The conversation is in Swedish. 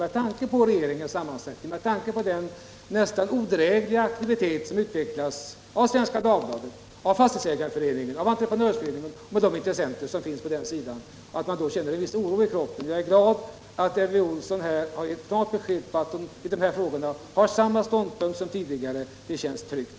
Med tanke på regeringens sammansättning och med tanke på den nästan odrägliga aktiviteten hos Svenska Dagbladet, Fastighetsägareföreningen, Entreprenörföreningen och alla de intressenter som finns på den sidan är det klart att man känner en sådan oro. Men jag är glad att Elvy Olsson nu har givit ett klart besked om att hon i de här frågorna intar samma ståndpunkt som tidigare — det känns tryggt.